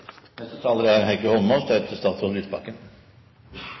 Neste taler er Thomas Breen, deretter